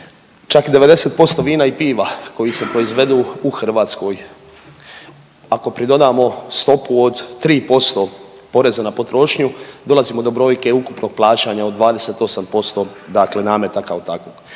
čak 90% vina i piva koji se proizvedu u Hrvatskoj ako pridodano stopu od 3% poreza na potrošnju dolazimo do brojke ukupnog plaćanja od 28% nameta kao takvog.